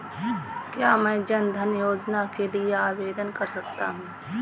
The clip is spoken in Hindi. क्या मैं जन धन योजना के लिए आवेदन कर सकता हूँ?